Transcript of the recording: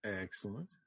Excellent